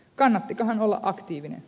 kannattikohan olla aktiivinen